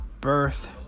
birth